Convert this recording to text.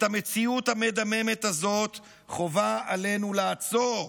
את המציאות המדממת הזאת חובה עלינו לעצור.